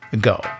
go